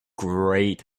great